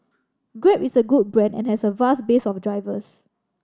Grab is a good brand and has a vast base of drivers